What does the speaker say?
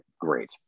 great